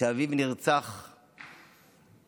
אביו שנעקד